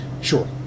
Sure